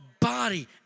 body